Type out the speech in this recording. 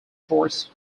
forced